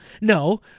no